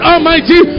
Almighty